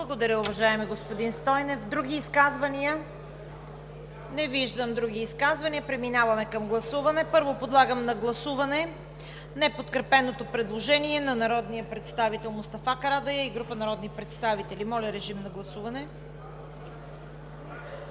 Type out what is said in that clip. Благодаря, уважаеми господин Стойнев. Други изказвания? Не виждам. Преминаваме към гласуване. Първо, подлагам на гласуване неподкрепеното предложение на народния представител Мустафа Карадайъ и група народни представители. Гласували